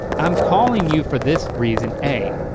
i'm calling you for this reason a,